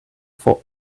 for